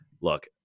Look